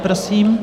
Prosím.